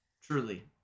truly